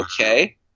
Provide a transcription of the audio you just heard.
Okay